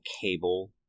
cable